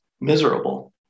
miserable